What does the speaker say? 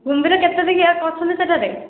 କୁମ୍ଭୀର କେତେ ଟିକିଆ ଅଛନ୍ତି ସେଠାରେ